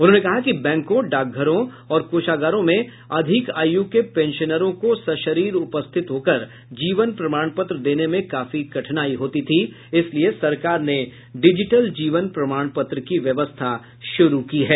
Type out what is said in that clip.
उन्होंने कहा कि बैंकों डाकघरों और कोषागारों में अधिक आयु के पेंशनरों को सशरीर उपस्थित होकर जीवन प्रमाण पत्र देने में काफी कठिनाई होती थी इसलिए सरकार ने डिजिटल जीवन प्रमाण पत्र की व्यवस्था शुरू की है